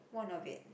one of it